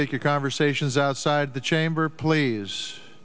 take your conversations outside the chamber please